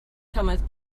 cometh